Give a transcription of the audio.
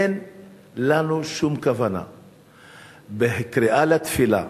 אין לנו שום כוונה בקריאה לתפילה,